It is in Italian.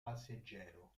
passeggero